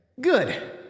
Good